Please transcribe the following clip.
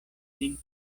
lin